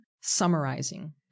summarizing